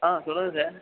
ஆ சொல்லுங்க சார்